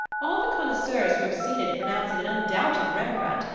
all the connoisseurs who have seen it pronounce it an undoubted rembrandt,